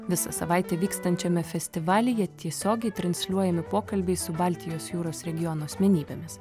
visą savaitę vykstančiame festivalyje tiesiogiai transliuojami pokalbiai su baltijos jūros regiono asmenybėmis